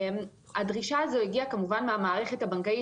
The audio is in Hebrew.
הדרישה הזאת הגיעה כמובן מהמערכת הבנקאית